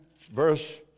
verse